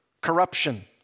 corruption